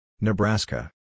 Nebraska